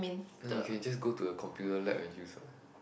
no you can just go to a computer lab and use what